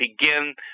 begin